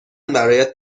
برایت